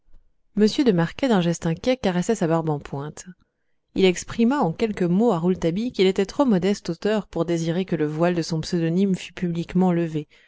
de marquet d'un geste inquiet caressait sa barbe en pointe il exprima en quelques mots à rouletabille qu'il était trop modeste auteur pour désirer que le voile de son pseudonyme fût publiquement levé